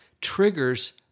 triggers